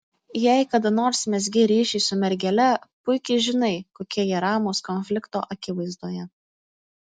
jei kada nors mezgei ryšį su mergele puikiai žinai kokie jie ramūs konflikto akivaizdoje